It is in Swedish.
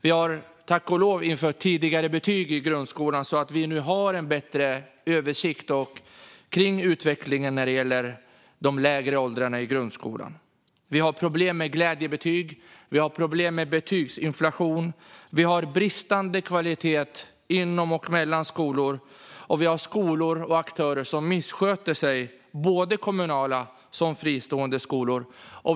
Nu har vi tack och lov infört tidigare betyg i grundskolan så att vi får en bättre översikt av utvecklingen när det gäller de lägre åldrarna i grundskolan. Vi har problem med glädjebetyg. Vi har problem med betygsinflation. Vi har bristande kvalitet inom och mellan skolor, och vi har skolor och aktörer som missköter sig - såväl kommunala som fristående skolor.